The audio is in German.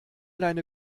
deine